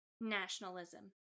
nationalism